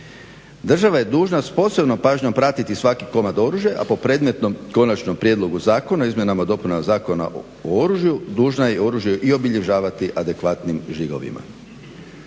Država je dužna s posebnom pažnjom pratiti svaki komad oružja, a po predmetnom konačnom prijedlogu zakona o izmjenama i dopunama Zakona o oružju dužna je oružje i obilježavati adekvatnim žigovima.